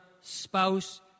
spouse